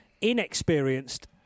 inexperienced